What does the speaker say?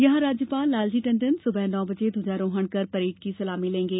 यहां राज्यपाल लालजी टण्डन सुबह नौ बजे ध्वजारोहण कर परेड की सलामी लेंगे